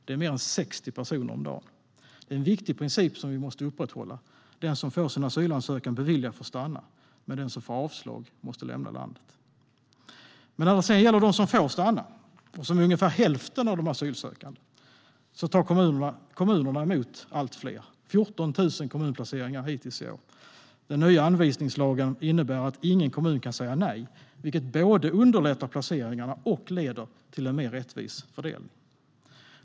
Det är mer än 60 personer om dagen. Det är en viktig princip som vi måste upprätthålla: Den som får sin asylansökan beviljad får stanna, men den som får avslag måste lämna landet. När det å andra sidan gäller dem som får stanna, alltså ungefär hälften av de asylsökande, tar kommunerna emot allt fler - 14 000 kommunplaceringar hittills i år. Den nya anvisningslagen innebär att ingen kommun kan säga nej, vilket både underlättar placeringarna och leder till en mer rättvis fördelning.